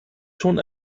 schon